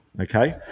okay